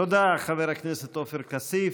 תודה, חבר הכנסת עופר כסיף.